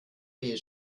beige